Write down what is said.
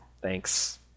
Thanks